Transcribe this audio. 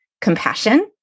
compassion